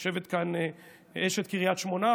יושבת כאן אשת קריית שמונה,